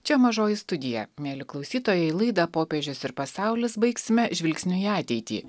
čia mažoji studija mieli klausytojai laidą popiežius ir pasaulis baigsime žvilgsniu į ateitį